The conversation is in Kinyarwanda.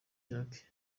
jacques